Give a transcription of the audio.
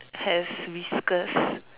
has whiskers